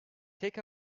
tek